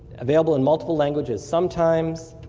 available in multiple languages, sometimes.